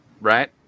Right